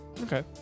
okay